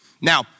Now